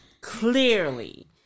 clearly